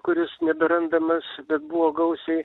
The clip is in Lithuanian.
kuris neberandamas bet buvo gausiai